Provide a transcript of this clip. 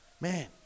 Man